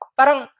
parang